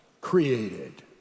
created